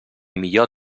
millor